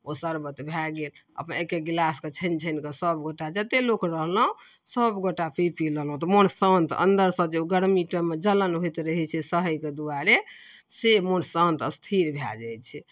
ओ शरबत भऽ गेल अपन एक्के एक्के गिलासके छानि छानिके सबगोटा जतेक लोक रहलहुँ सभगोटा पी पी अएलहुँ तऽ मोन शान्त अन्दरसँ जे ओ गरमी टाइममे जे जलन होइत रहै छै सहैके दुआरे से मोन शान्त स्थिर भऽ जाइ छै